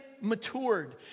matured